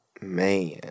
Man